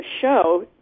show